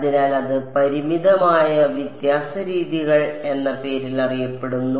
അതിനാൽ അത് പരിമിതമായ വ്യത്യാസ രീതികൾ എന്ന പേരിൽ അറിയപ്പെടുന്നു